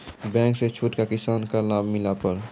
Bank से छूट का किसान का लाभ मिला पर?